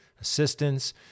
assistance